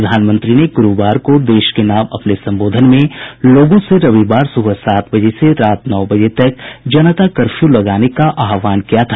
प्रधानमंत्री ने गुरूवार को देश के नाम अपने संबोधन में लोगों से रविवार सुबह सात बजे से रात नौ बजे तक जनता कर्फ्यू लगाने का आहवान किया था